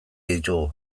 ditugu